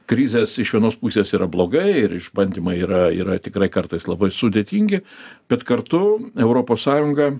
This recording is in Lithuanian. krizės iš vienos pusės yra blogai ir išbandymai yra yra tikrai kartais labai sudėtingi bet kartu europos sąjunga